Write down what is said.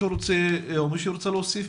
מישהו ממשרד החינוך רוצה להוסיף